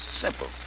Simple